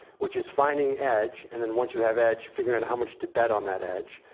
which is finding edge. and then once you have edge, figuring out how much to bet on that edge.